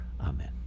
Amen